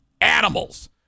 Animals